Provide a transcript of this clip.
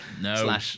No